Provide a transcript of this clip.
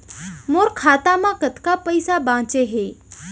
मोर खाता मा कतका पइसा बांचे हे?